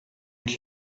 qui